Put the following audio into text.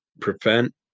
prevent